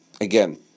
again